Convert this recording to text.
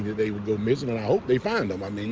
they would go missing. i hope they find them i mean